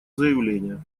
заявление